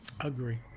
agree